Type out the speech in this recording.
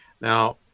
Now